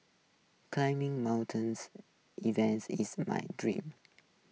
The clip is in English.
climbing mountains events is my dream